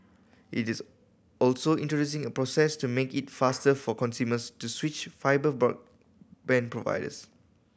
it is also introducing a process to make it faster for consumers to switch fibre broadband providers